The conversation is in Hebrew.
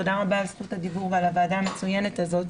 תודה רבה על זכות הדיבור ועל הוועדה המצוינת הזאת.